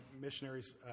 missionaries